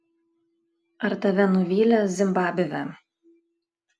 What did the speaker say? ar tave nuvylė zimbabvė